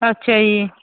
ਅੱਛਾ ਜੀ